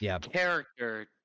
character